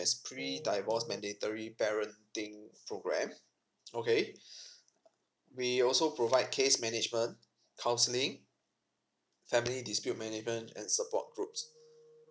as pre divorce mandatory parenting program okay we also provide case management counselling family dispute management and support group